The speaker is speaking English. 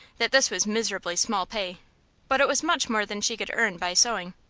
that this was miserably small pay but it was much more than she could earn by sewing.